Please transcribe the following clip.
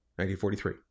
1943